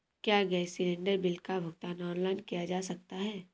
क्या gas cylinder bill का भुगतान ऑनलाइन किया जा सकता है?